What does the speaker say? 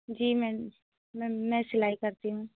जी ma'am ma'am मैं सिलाई करती हूँ